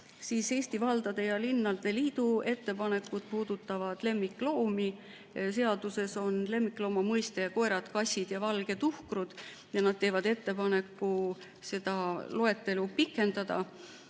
tuua. Eesti Valdade ja Linnade Liidu ettepanekud puudutavad lemmikloomi. Seaduses on lemmiklooma mõiste all koerad, kassid ja valged tuhkrud. Nad teevad ettepaneku seda loetelu pikendada.